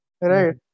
right